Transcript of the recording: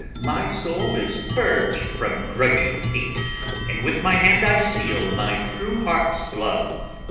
my soul is purg'd from grudging hate and with my hand i seal my true heart's love.